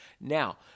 now